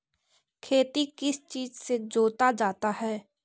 खेती किस चीज से जोता जाता है?